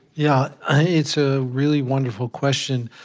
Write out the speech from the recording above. yeah it's a really wonderful question.